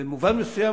במובן מסוים,